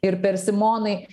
ir persimonai